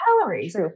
calories